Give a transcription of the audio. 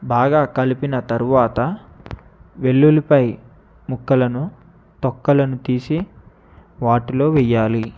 బాగా కలిపిన తరువాత వెల్లుల్లిపాయ ముక్కలను తొక్కలను తీసి వాటిలో వేయాలి